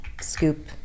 scoop